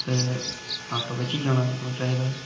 ते ऑटो बिच गै जाना चाहिदा ऐ